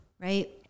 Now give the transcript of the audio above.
right